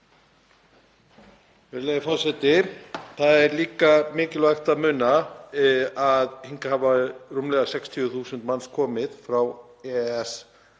Það er líka mikilvægt að muna að hingað hafa rúmlega 60.000 manns komið frá EES-svæðinu